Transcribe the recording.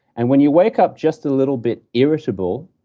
and when you wake up just a little bit irritable,